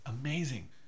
amazing